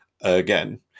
again